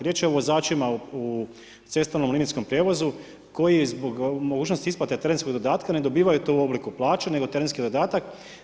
Riječ je o vozačima u cestovnom linijskom prijevozu koji zbog mogućnosti isplate terenskog dodatka ne dobivaju to u obliku plaće, nego terenski dodatak.